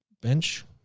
bench